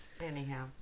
Anyhow